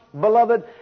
beloved